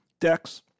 decks